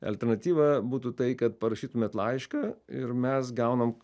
alternatyva būtų tai kad parašytumėt laišką ir mes gaunam